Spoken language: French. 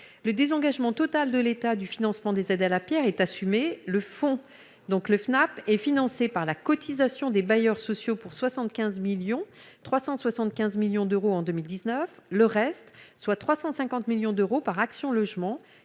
le désengagement total de l'État du financement des aides à la Pierre est assumé le fond donc le FNAP et financée par la cotisation des bailleurs sociaux pour 75 millions 375 millions d'euros en 2019 le reste, soit 350 millions d'euros par action logement